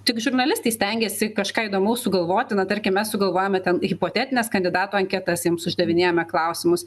tik žurnalistai stengiasi kažką įdomaus sugalvoti na tarkim mes sugalvojame ten hipotetines kandidatų anketas jiems uždavinėjome klausimus